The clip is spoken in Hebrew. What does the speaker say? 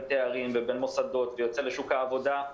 תארים ובין מוסדות ויוצא לשוק העבודה.